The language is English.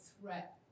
threat